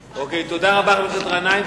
תודה רבה, חבר הכנסת גנאים.